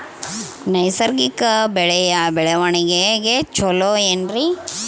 ನೈಸರ್ಗಿಕ ಬೆಳೆಯ ಬೆಳವಣಿಗೆ ಚೊಲೊ ಏನ್ರಿ?